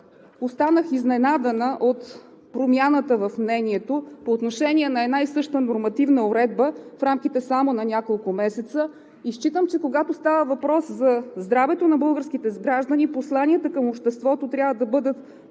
останах изненадана от промяната в мнението по отношение на една и съща нормативна уредба в рамките само на няколко месеца. Считам, че когато става въпрос за здравето на българските граждани, посланията към обществото трябва да бъдат